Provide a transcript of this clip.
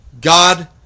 God